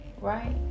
right